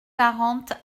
quarante